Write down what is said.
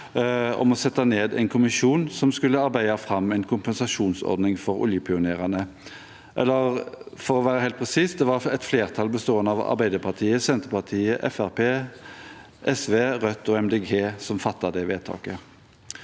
om å sette ned en kommisjon som skulle arbeide fram en kompensasjonsordning for oljepionerene. For å være helt presis: Det var et flertall bestående av Arbeiderpartiet, Senterpartiet, Fremskrittspartiet,